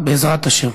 בעזרת השם.